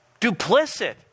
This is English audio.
Duplicit